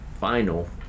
final